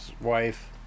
wife